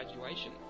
graduation